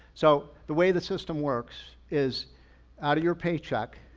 so the way the system works is out of your paycheck,